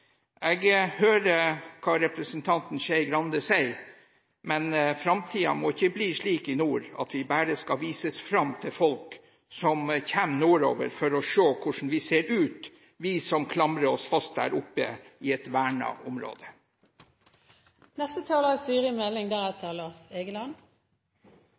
Jeg hører hva representanten Skei Grande sier, men framtiden må ikke bli slik i nord at vi bare skal vises fram til folk som kommer nordover for å se hvordan vi ser ut, vi som klamrer oss fast der oppe i et vernet område. Jeg tar ordet fordi det